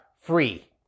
free